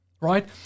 right